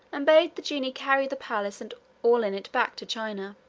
and bade the genie carry the palace and all in it back to china.